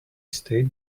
stayed